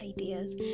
ideas